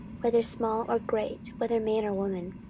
whether small or great, whether man or woman.